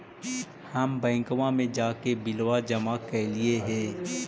हम बैंकवा मे जाके बिलवा जमा कैलिऐ हे?